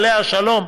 עליה השלום,